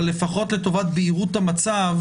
אבל לפחות לטובת בהירות המצב,